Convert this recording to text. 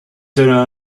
there